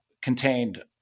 contained